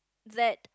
that